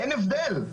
אין הבדל,